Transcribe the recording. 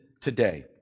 today